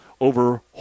over